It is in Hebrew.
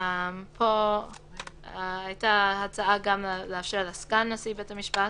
- פה היתה הצעה לאשר לסגן נשיא בית המשפט